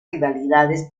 rivalidades